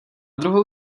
druhou